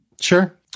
Sure